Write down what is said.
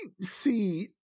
see